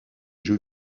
jeux